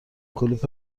کلوپ